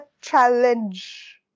challenge